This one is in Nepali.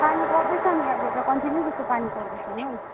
पानी पर्दैछ नि अहिले त कन्टिन्यू जस्तो पानी पर्देछ नि हौ